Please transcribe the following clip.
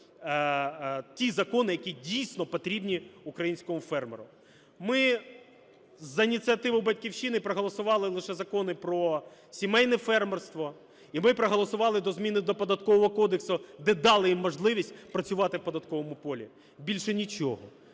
ті закони, які дійсно потрібні українському фермеру? Ми, за ініціативою "Батьківщини", проголосували лише закони про сімейне фермерство, і ми проголосували зміни до Податкового кодексу, де дали їм можливість працювати в податковому полі. Більше нічого,